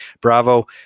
Bravo